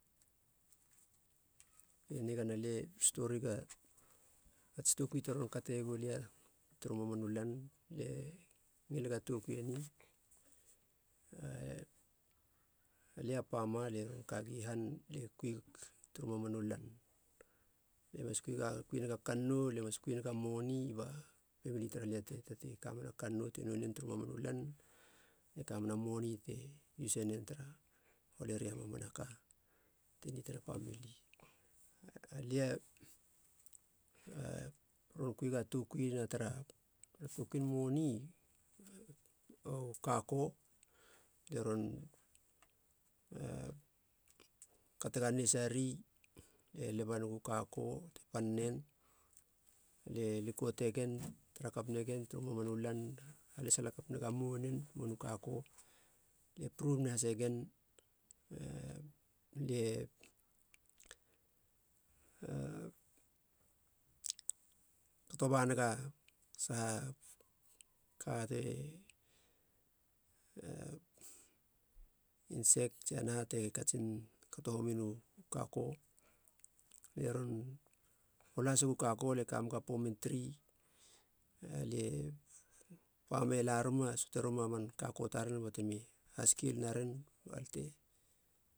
Ke, nigana lie storiga mats tokui te ron kate iegulia turu mamanu lan lie ngiliga tokui eni. alia pama, lia ron kagi han, lie kuig turu mamanu lan. Alie mas kui ga kui nega kannou, lie mas kui nega moni ba pemili tara lia te tatei kamena kannou te noenen turu mamanu lan ne kamena moni te use nen tara holeria mamanaka te nitena pamili, alia ron kuiga toukuina tara a toukuin moni u kako. Lie ron katega nesari, lie leba negu kako. Te pannen lie likotegen, tarakap negen turu mamanu lan halesala kap nega mounen, mounu kako, lie prun hasegen, lie kato ba nega saha ka te, insek tsi a naha te katsin kato hominu kako. Lie ron hol hasegu kako, lie kamega pomentri, pame laruma, söate ruma man kako taren batemi haskel naren bal te,